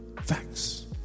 Facts